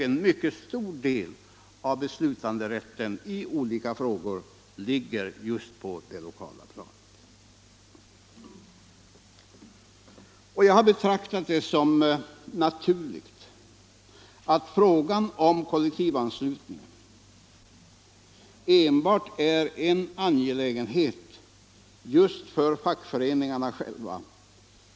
En mycket stor del av be = Frioch rättigheter i slutanderätten i olika frågor ligger just på det lokala planet. Jag har be — grundlag traktat det som naturligt att frågan om kollektivanslutningen enbart är en angelägenhet just för fackföreningarna själva.